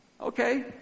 okay